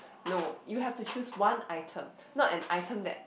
no you have to choose one item not an item that